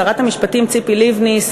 שרת המשפטים ציפי לבני,